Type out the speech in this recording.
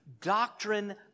doctrine